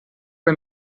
bei